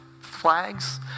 flags